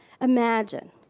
Imagine